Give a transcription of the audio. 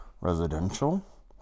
residential